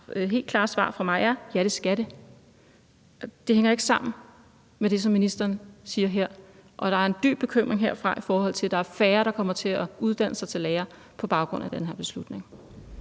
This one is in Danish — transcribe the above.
helt klare svar fra mig er: Ja, det skal det. Det hænger ikke sammen med det, som ministeren siger her, og der er en dyb bekymring her fra over, at der er færre, der kommer til at uddanne sig til lærer på baggrund af den her beslutning.